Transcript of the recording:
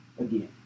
again